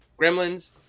Gremlins